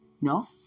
No